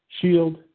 shield